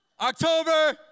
October